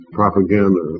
propaganda